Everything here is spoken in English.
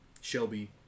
Shelby